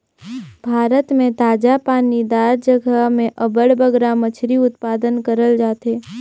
भारत में ताजा पानी दार जगहा में अब्बड़ बगरा मछरी उत्पादन करल जाथे